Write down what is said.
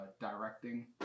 directing